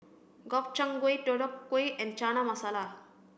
Gobchang Gui Deodeok Gui and Chana Masala